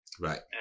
Right